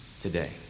today